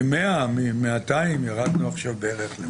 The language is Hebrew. מ-200 ירדנו עכשיו בערך ל-100.